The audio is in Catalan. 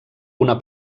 una